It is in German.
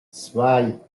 zwei